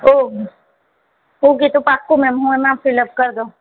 ઓહ okay તો પાક્કું ma'am હું એમાં સિલેક્ટ કરી દઉં